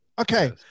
Okay